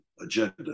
agenda